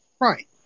Right